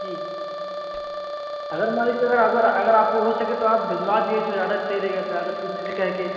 जी अगर मान लीजिए अगर आपको अगर आपको हो सके तो आप भिजवा दिए तो ज़्यादा सही रहेगा तो अगर किसी से कह के